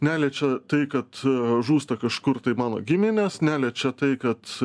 neliečia tai kad žūsta kažkur tai mano giminės neliečia tai kad